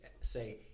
say